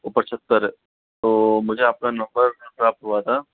ऊपर छत पर तो मुझे आपका नंबर प्राप्त हुआ था